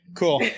cool